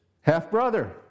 half-brother